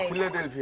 live in.